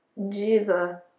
jiva